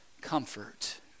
comfort